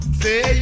say